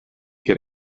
gen